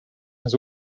has